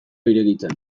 irekitzen